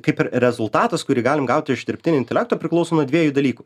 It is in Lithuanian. kaip ir rezultatas kurį galim gauti iš dirbtinio intelekto priklauso nuo dviejų dalykų